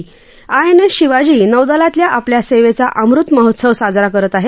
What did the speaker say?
INS Shivaji नौदलातल्या आपल्या सेवेचा अमृत महोत्सव साजरा करत आहे